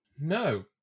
No